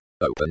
Open